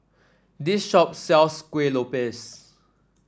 this shop sells Kueh Lopes